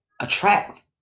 attract